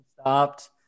stopped